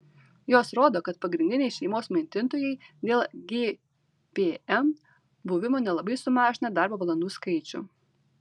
jos rodo kad pagrindiniai šeimos maitintojai dėl gpm buvimo nelabai sumažina darbo valandų skaičių